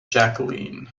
jacqueline